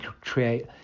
create